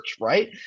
Right